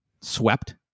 swept